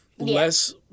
Less